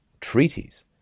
treaties